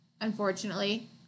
Unfortunately